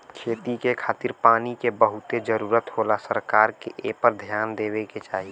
खेती के खातिर पानी के बहुते जरूरत होला सरकार के एपर ध्यान देवे के चाही